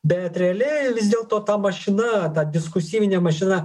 bet realiai vis dėlto ta mašina ta diskursyvinė mašina